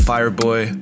Fireboy